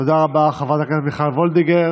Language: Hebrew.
תודה רבה, חברת הכנסת מיכל וולדיגר.